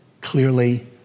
clearly